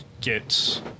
get